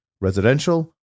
residential